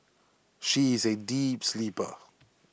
she is A deep sleeper